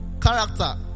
Character